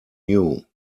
new